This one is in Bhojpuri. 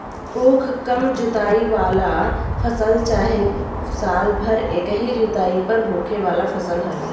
उख कम जुताई वाला फसल चाहे साल भर एकही जुताई पर होखे वाला फसल हवे